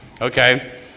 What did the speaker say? Okay